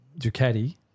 Ducati